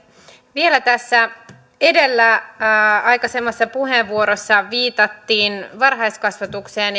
vielä tässä edellä aikaisemmassa puheenvuorossa viitattiin varhaiskasvatukseen